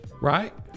right